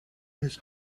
his